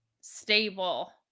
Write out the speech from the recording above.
stable